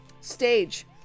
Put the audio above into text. Stage